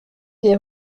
des